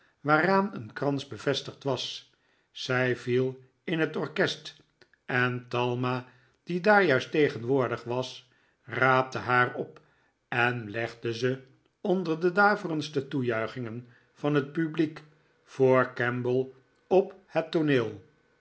waaraan een krans bevestigd was zij viel in het orkest en talma die daar juist tegenwoordig was raapte haar op en legde ze onder de daverendste toejuichingen van het publiek voor kemble op het tooneel